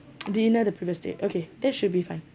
dinner the previous day okay that should be fine